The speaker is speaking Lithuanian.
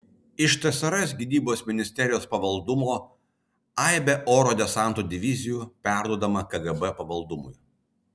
iš tsrs gynybos ministerijos pavaldumo aibė oro desanto divizijų perduodama kgb pavaldumui